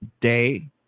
day